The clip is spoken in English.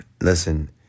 Listen